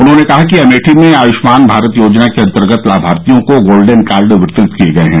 उन्होंने कहा कि अमेठी में आय्ष्मान भारत योजना के अन्तर्गत लाभार्थियों को गोल्डन कार्ड वितरित किये गये हैं